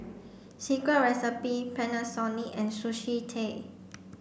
Secret Recipe Panasonic and Sushi Tei